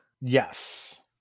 Yes